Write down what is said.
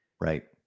right